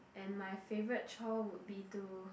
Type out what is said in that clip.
and my favorite chore would be to